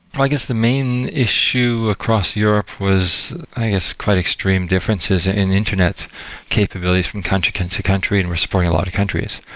i guess, the main issue across europe was i guess quite extreme differences in internet capabilities from country-to-country and we're supporting a lot of countries.